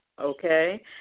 okay